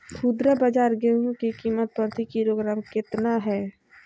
खुदरा बाजार गेंहू की कीमत प्रति किलोग्राम कितना है?